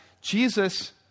Jesus